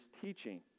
teaching